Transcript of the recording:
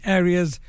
areas